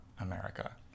America